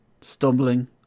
stumbling